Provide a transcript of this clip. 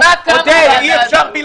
מה קרה לה?